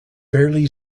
barely